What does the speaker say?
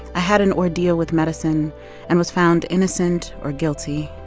i had an ordeal with medicine and was found innocent or guilty.